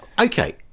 okay